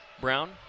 Brown